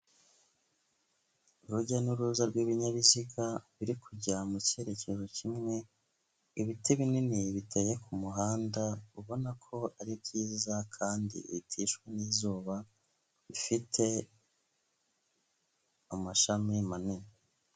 Urujya n'uruza rw'ibinyabiziga biri kujya mu cyerekezo kimwe, ibiti binini biteye ku muhanda ubona ko ari byiza kandi biticwa n'izuba bifite amashami manini.